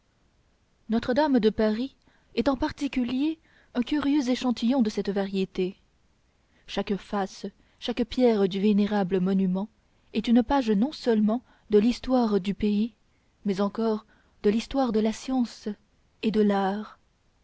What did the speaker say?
notre-dame de paris est en particulier un curieux échantillon de cette variété chaque face chaque pierre du vénérable monument est une page non seulement de l'histoire du pays mais encore de l'histoire de la science et de